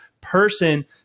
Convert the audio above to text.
person